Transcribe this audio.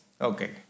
Okay